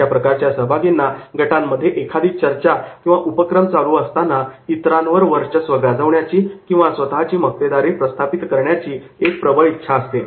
अशा प्रकारच्या सहभागींना गटांमध्ये एखादी चर्चा किंवा उपक्रम चालू असताना इतरांवर वर्चस्व गाजवण्याची किंवा स्वतची मक्तेदारी प्रस्थापित करण्याची एक प्रबळ इच्छा असते